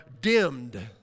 dimmed